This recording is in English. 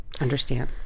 Understand